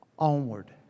onward